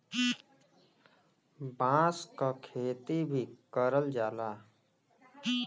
बांस क खेती भी करल जाला